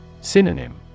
Synonym